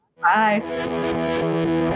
Bye